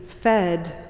fed